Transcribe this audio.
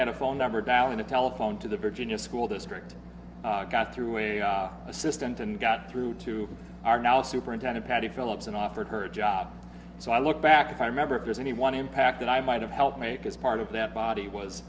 at a phone number down and a telephone to the virginia school district got through a assistant and got through to our now superintendent paddy phillips and offered her a job so i look back i remember if there's any one impact that i might have helped make is part of that body was